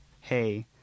hey